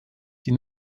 die